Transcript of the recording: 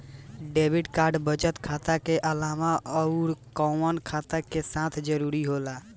Debit card बचत खाता के अलावा अउरकवन खाता के साथ जारी होला?